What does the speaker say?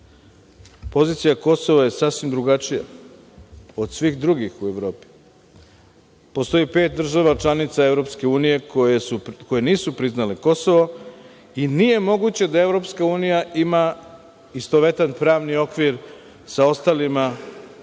pozicija Kosova je sasvim drugačija od svih drugih u Evropi. Postoji pet država članica EU koje nisu priznale Kosovo i nije moguće da EU ima istovetan pravni okvir sa Kosovom kao